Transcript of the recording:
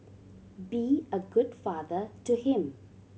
be a good father to him